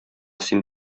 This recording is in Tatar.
син